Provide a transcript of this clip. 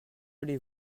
allez